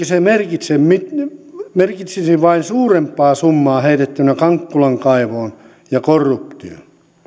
se merkitsisi merkitsisi vain suurempaa summaa heitettynä kankkulan kaivoon ja korruptioon